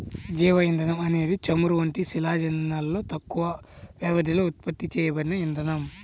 జీవ ఇంధనం అనేది చమురు వంటి శిలాజ ఇంధనాలలో తక్కువ వ్యవధిలో ఉత్పత్తి చేయబడిన ఇంధనం